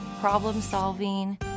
problem-solving